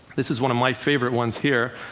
this is one of my favorite ones here,